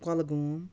Kulgam